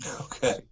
Okay